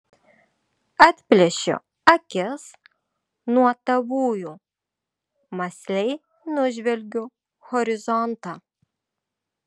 atplėšiu akis nuo tavųjų mąsliai nužvelgiu horizontą